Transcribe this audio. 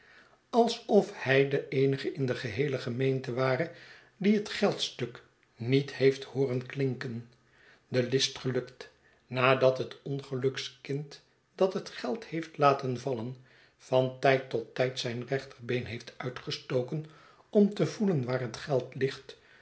alsof hij de eenige in de geheele gemeente ware die het geldstuk niet heeft hooren klinken de list gelukt nadat het ongelukskind dat het geld heeft lat en vallen van tijd tot tijd zijn rechterbeen heeft uitgestoken om te voelen waar het geld ligt